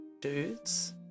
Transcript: dudes